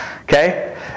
Okay